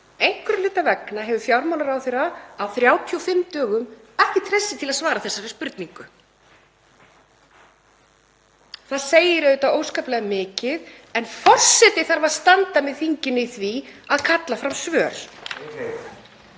Einhverra hluta vegna hefur fjármálaráðherra á 35 dögum ekki treyst sér til að svara þessari spurningu. Það segir auðvitað óskaplega mikið. En forseti þarf að standa með þinginu í því að kalla fram svör.